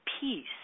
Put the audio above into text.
peace